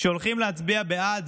שהולכים להצביע בעד